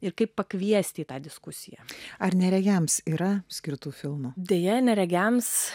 ir kaip pakviesti į tą diskusiją ar neregiams yra skirtų filmų deja neregiams